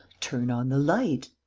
turn on the light.